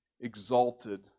exalted